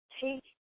take